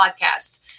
podcast